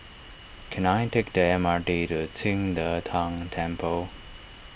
can I take the M R T to Qing De Tang Temple